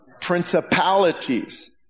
principalities